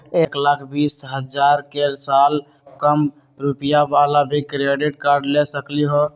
एक लाख बीस हजार के साल कम रुपयावाला भी क्रेडिट कार्ड ले सकली ह?